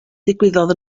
ddigwyddodd